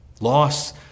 Loss